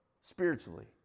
spiritually